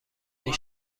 این